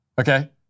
Okay